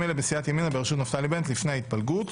אלה בסיעת ימינה בראשות נפתלי בנט לפני ההתפלגות.